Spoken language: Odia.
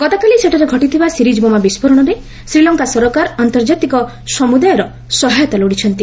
ଗତକାଲି ସେଠାରେ ଘଟିଥିବା ସିରିଜ୍ ବୋମା ବିସ୍ଫୋରଣରେ ଶ୍ରୀଲଙ୍କା ସରକାର ଅନ୍ତର୍ଜାତିକ ସମୁଦାୟର ସହାୟତା ଲୋଡ଼ିଛନ୍ତି